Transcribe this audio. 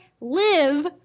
live